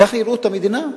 ככה יראו את המדינה?